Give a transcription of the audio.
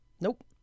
Nope